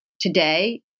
today